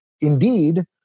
indeed